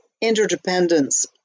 interdependence